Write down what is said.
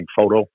photo